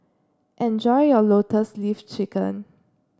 enjoy your Lotus Leaf Chicken